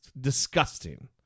disgusting